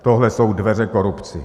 Tohle jsou dveře pro korupci.